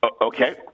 Okay